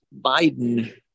Biden